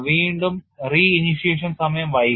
വീണ്ടും re initiation സമയം വൈകി